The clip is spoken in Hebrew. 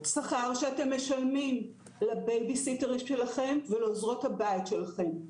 שכר שאתם משלמים לבייביסיטרים שלכם ולעוזרות הבית שלכם.